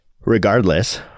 regardless